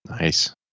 Nice